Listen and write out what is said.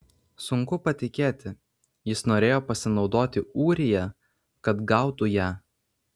sunku patikėti jis norėjo pasinaudoti ūrija kad gautų ją